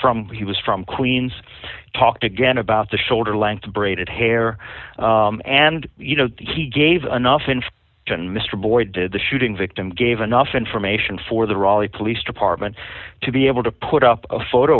from he was from queens talked again about the shoulder length of braided hair and you know he gave enough info and mr boyd did the shooting victim gave enough information for the raleigh police department to be able to put up a photo